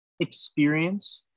experience